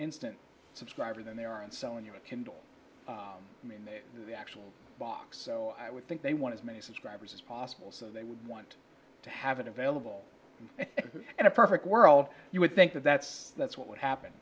instant subscriber than they are in selling you a kindle i mean the actual box so i would think they want as many subscribers as possible so they want to have it available in a perfect world you would think that that's that's what would